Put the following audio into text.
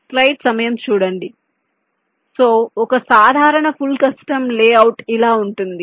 So ఒక సాధారణ full custom layout ఇలా ఉంటుంది